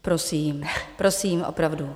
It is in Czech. Prosím, prosím, opravdu.